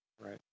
right